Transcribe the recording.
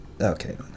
okay